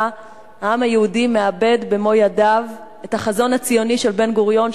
העם היהודי מאבד במו-ידיו את החזון הציוני של בן-גוריון,